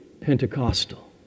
Pentecostal